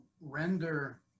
render